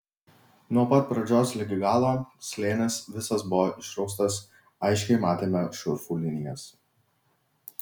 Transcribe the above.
nuo pat pradžios ligi galo slėnis visas buvo išraustas aiškiai matėme šurfų linijas